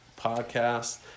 podcast